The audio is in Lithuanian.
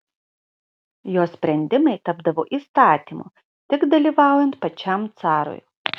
jo sprendimai tapdavo įstatymu tik dalyvaujant pačiam carui